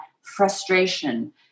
frustration